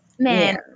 Man